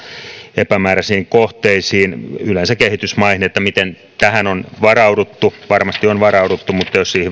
epämääräisiin kohteisiin yleensä kehitysmaihin miten tähän on varauduttu varmasti on varauduttu mutta jos siihen